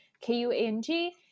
K-U-A-N-G